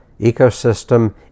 ecosystem